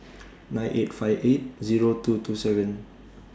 nine eight five eight Zero two two seven